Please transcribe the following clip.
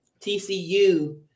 TCU